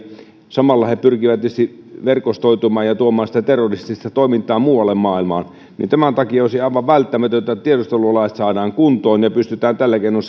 samalla he pyrkivät tietysti verkostoitumaan ja tuomaan terroristista toimintaa muualle maailmaan olisi aivan välttämätöntä että tiedustelulait saadaan kuntoon ja pystytään tällä keinoin